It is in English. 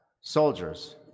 soldiers